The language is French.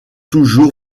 toujours